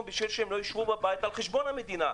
כדי שלא יישבו בבית על חשבון המדינה.